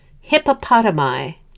hippopotami